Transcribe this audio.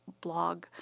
blog